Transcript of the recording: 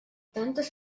tantes